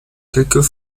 quelques